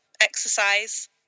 Exercise